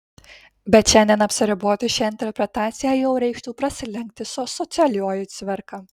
bet šiandien apsiriboti šia interpretacija jau reikštų prasilenkti su socialiuoju cvirka